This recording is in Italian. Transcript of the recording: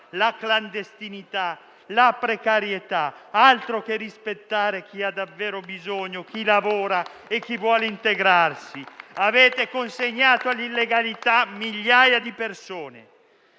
la clandestinità, la precarietà, altro che rispettare chi ha davvero bisogno, chi lavora e vuole integrarsi! Avete consegnato all'illegalità migliaia di persone.